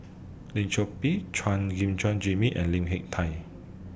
Lim Chor Pee Chuan Gim Chuan Jimmy and Lim Hak Tai